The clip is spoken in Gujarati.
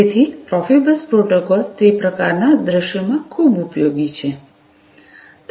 તેથી પ્રોફિબસ પ્રોટોકોલ તે પ્રકારના દૃશ્યોમાં ખૂબ ઉપયોગી છે